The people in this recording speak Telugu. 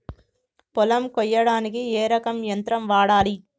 పొలం కొయ్యడానికి ఏ రకం యంత్రం వాడాలి?